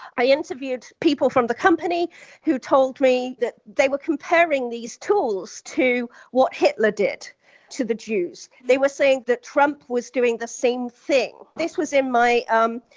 i interviewed people from the company who told me that they were comparing these tools to what hitler did to the jews they were saying that trump was doing the same thing. this was, in my um